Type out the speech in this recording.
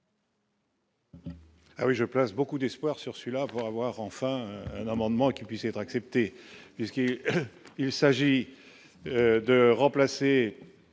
Ah oui, je place beaucoup d'espoirs sur celui-là pour avoir enfin un amendement qui puisse être accepté, mais ce qui est,